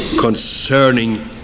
concerning